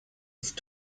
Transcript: ist